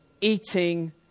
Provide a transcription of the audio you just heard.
eating